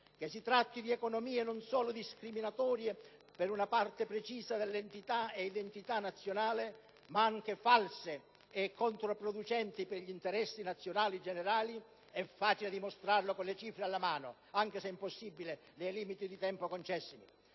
Che si tratti di economie non solo discriminatorie per una parte precisa dell'entità e identità nazionale, ma anche false e controproducenti per gli interessi nazionali generali, è facile dimostrarlo con le cifre alla mano, anche se impossibile nei limiti di tempo concessimi.